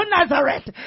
Nazareth